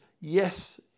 yes